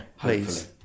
please